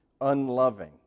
unloving